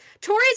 Tories